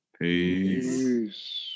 Peace